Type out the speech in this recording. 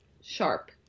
sharp